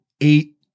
eight